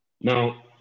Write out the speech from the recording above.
Now